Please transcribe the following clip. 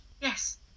Yes